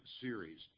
series